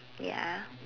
ya